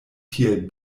tiel